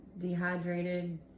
dehydrated